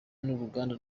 n’uruganda